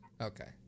Okay